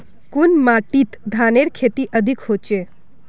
कुन माटित धानेर खेती अधिक होचे?